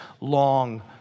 long